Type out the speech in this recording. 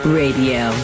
radio